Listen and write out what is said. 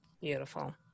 Beautiful